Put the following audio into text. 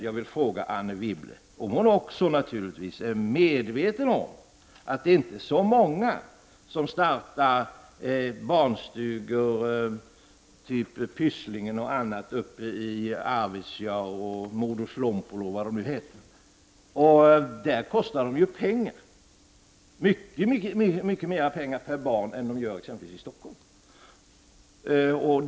Jag vill fråga Anne Wibble om hon är medveten om att det inte är så många som startar barnstugor av modell Pysslingen och liknande uppe i Arvidsjaur, Muodoslompolo och vad dessa kommuner nu heter. Där kostar ju sådana barnstugor pengar — mycket mer per barn än vad sådana kostar exempelvis i Stockholm.